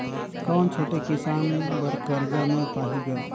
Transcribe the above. कौन छोटे किसान बर कर्जा मिल पाही ग?